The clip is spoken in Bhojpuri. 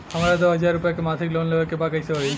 हमरा दो हज़ार रुपया के मासिक लोन लेवे के बा कइसे होई?